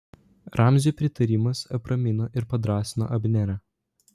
ramzio pritarimas apramino ir padrąsino abnerą